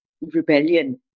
rebellion